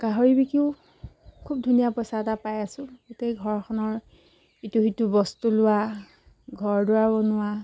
গাহৰি বিক্ৰীও খুব ধুনীয়া পইচা এটা পাই আছো গোটেই ঘৰখনৰ ইটো সিটো বস্তু লোৱা ঘৰ দুৱাৰ বনোৱা